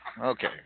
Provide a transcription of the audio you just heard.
okay